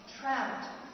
trapped